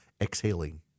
exhaling